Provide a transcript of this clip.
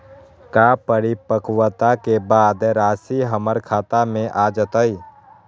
का परिपक्वता के बाद राशि हमर खाता में आ जतई?